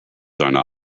seine